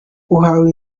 uhabwe